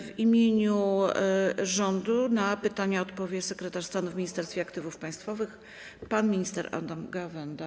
W imieniu rządu na pytania odpowie sekretarz stanu w Ministerstwie Aktywów Państwowych pan minister Adam Gawęda.